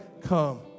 come